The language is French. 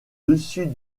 dessus